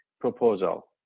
proposal